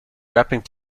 wrapping